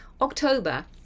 October